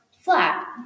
flat